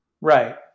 Right